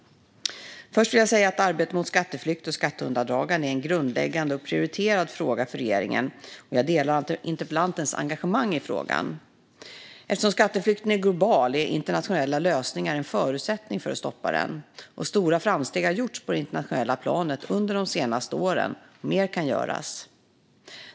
Först vill jag säga att arbetet mot skatteflykt och skatteundandragande är en grundläggande och prioriterad fråga för regeringen och att jag delar interpellantens engagemang i frågan. Eftersom skatteflykten är global är internationella lösningar en förutsättning för att stoppa den. Stora framsteg har gjorts på det internationella planet under de senaste åren, och mer kan göras.